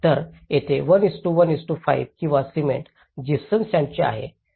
तर येथे 1 1 5 किंवा सिमेंट जिप्सम सॅण्डचे आहे